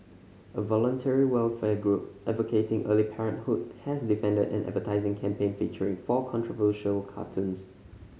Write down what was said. a voluntary welfare group advocating early parenthood has defended an advertising campaign featuring four controversial cartoons